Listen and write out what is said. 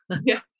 Yes